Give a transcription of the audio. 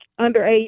underage